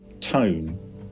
tone